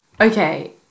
Okay